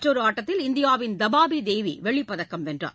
மற்றொரு ஆட்டத்தில் இந்தியாவின் தபாபி தேவி வெள்ளிப் பதக்கம் வென்றார்